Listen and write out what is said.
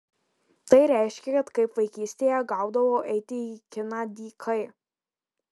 tai reiškė kad kaip vaikystėje gaudavau eiti į kiną dykai